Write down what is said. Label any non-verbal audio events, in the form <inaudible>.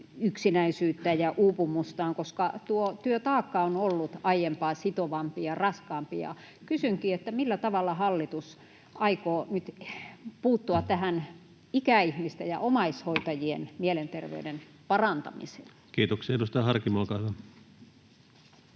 yksinäisyyttään ja uupumustaan, koska työtaakka on ollut aiempaa sitovampi ja raskaampi. Kysynkin: millä tavalla hallitus aikoo nyt puuttua tähän ikäihmisten ja omaishoitajien <noise> mielenterveyden parantamiseen?